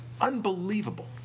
unbelievable